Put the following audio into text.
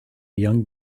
young